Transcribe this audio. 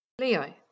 Leo